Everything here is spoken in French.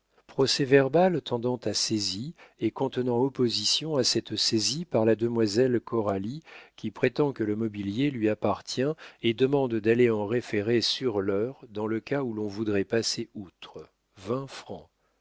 procès-verbal tendant à saisie et contenant opposition à cette saisie par la demoiselle coralie qui prétend que le mobilier lui appartient et demande d'aller en référé sur l'heure dans le cas où l'on voudrait passer outre